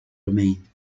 remain